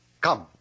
Come